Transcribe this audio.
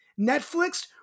Netflix